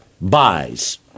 buys